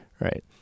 right